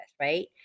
right